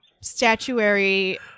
statuary